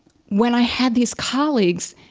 when i had these colleagues,